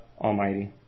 almighty